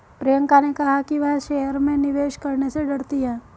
प्रियंका ने कहा कि वह शेयर में निवेश करने से डरती है